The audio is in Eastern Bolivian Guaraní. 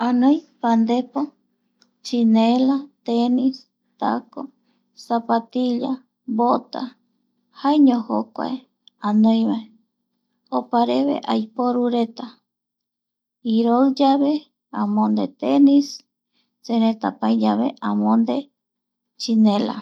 Anoi pandepo chinela, tenis, tako, zapatilla, bota jaeño jokua, anoi vae opareve aiporureta iroiyave amonde tenis seretape ai yave amonde chinela